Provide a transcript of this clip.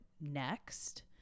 next